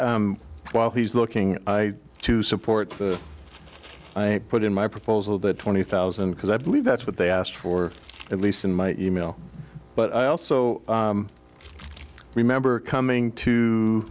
coach while he's looking to support i put in my proposal the twenty thousand because i believe that's what they asked for at least in my e mail but i also remember coming to